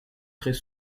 très